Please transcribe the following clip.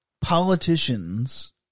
Politicians